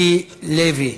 מיקי לוי,